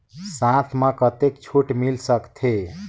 साथ म कतेक छूट मिल सकथे?